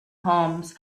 homes